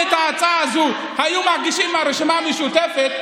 אם את ההצעה הזאת הייתה מגישה הרשימה המשותפת,